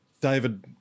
David